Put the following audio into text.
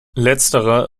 letzterer